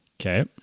Okay